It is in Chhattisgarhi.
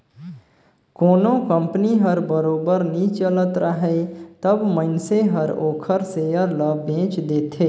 कोनो कंपनी हर बरोबर नी चलत राहय तब मइनसे हर ओखर सेयर ल बेंच देथे